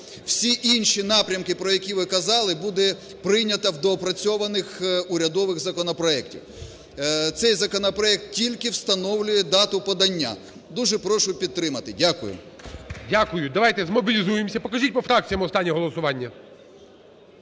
Всі інші напрямки, про які ви казали, буде прийнято в доопрацьованих урядових законопроектах. Цей законопроект тільки встановлює дату подання. Дуже прошу підтримати. Дякую. ГОЛОВУЮЧИЙ. Дякую. Давайте змобілізуємся. Покажіть по фракціям останнє голосування.